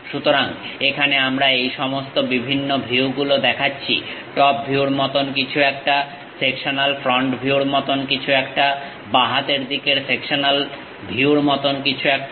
সুতরাং এখানে আমরা এই সমস্ত বিভিন্ন ভিউগুলো দেখাচ্ছি টপ ভিউর মতন কিছু একটা সেকশনাল ফ্রন্ট ভিউর মতন কিছু একটা বাঁ হাতের দিকের সেকশনাল ভিউর মতন কিছু একটা